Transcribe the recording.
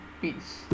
peace